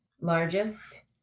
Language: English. largest